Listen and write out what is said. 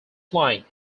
flying